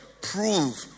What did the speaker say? Prove